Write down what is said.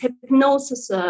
hypnosis